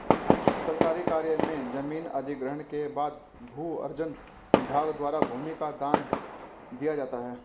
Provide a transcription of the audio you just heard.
सरकारी कार्य में जमीन अधिग्रहण के बाद भू अर्जन विभाग द्वारा भूमि का दाम दिया जाता है